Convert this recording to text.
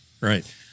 right